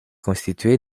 constituée